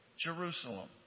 Jerusalem